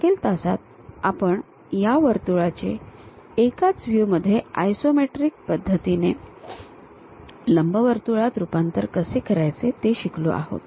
मागील तासात आपण या वर्तुळाचे एकाच व्ह्यू मध्ये आयसोमेट्रिक पद्धतीने लंबवर्तुळात रूपांतर कसे करायचे ते शिकलो आहोत